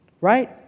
Right